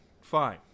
Fine